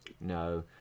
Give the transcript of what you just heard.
No